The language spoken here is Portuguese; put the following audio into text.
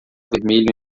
vermelho